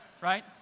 right